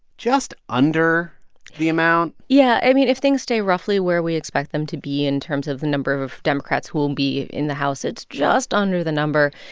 just under the amount yeah, i mean if things stay roughly where we expect them to be, in terms of the number of of democrats who will be in the house, it's just under the number.